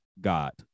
got